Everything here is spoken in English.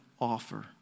offer